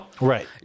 Right